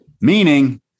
Meaning